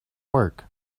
work